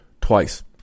twice